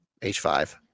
H5